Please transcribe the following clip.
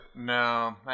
No